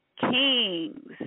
kings